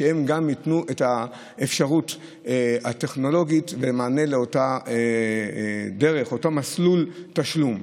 ושגם הם ייתנו את האפשרות הטכנולוגית ומענה לאותו מסלול תשלום.